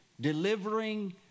delivering